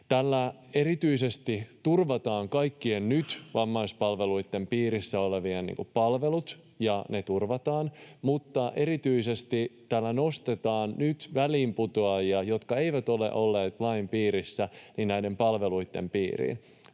Tällä erityisesti turvataan kaikkien nyt vammaispalveluitten piirissä olevien palvelut. Ne turvataan, mutta erityisesti tällä nostetaan nyt väliinputoajia, jotka eivät ole olleet lain piirissä, näiden palveluitten piiriin.